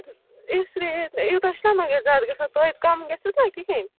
اِس لیے یوٗتاہ چھُنَہ مگر زیادٕ گَژھان تویتہِ کَم گژھٮ۪س نا کِہیٖنۍ